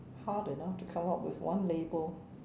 hard enough to come up with one label